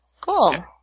Cool